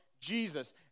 Jesus